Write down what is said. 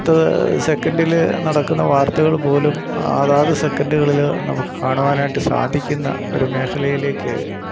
അടുത്തത് സെക്കന്ഡില് നടക്കുന്ന വാര്ത്തകള്പോലും അതാത് സെക്കന്ഡ്കളില് നമുക്ക് കാണുവാനായിട്ട് സാധിക്കുന്ന ഒരു മേഖലയിലേക്ക്